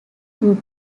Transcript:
would